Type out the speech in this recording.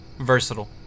Versatile